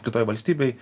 kitoj valstybėj